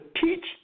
teach